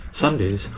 Sundays